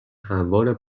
هموار